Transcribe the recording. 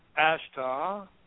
Ashtar